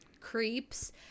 creeps